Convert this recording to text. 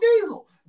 Diesel